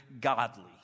godly